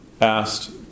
asked